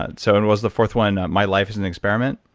but so and was the fourth one my life as an experiment?